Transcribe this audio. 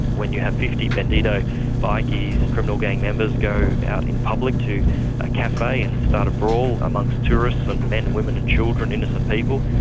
when you have fifty bandido bikies, criminal gang members, go out in public to a cafe and start a brawl amongst tourists, and men, women and children, innocent people,